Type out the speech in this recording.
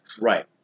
Right